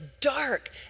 dark